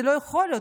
זה לא יכול להיות.